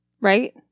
right